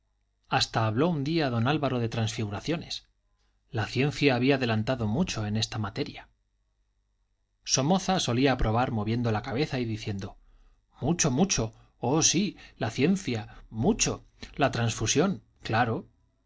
hasta habló un día don álvaro de transfusiones la ciencia había adelantado mucho en esta materia somoza solía aprobar moviendo la cabeza y diciendo mucho mucho oh sí la ciencia mucho la transfusión claro